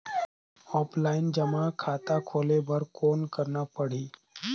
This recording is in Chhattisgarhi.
ऑफलाइन जमा खाता खोले बर कौन करना पड़ही?